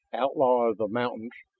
outlaw of the mountains.